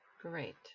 Great